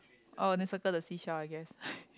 oh then circle the seashell I guess